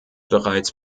bereits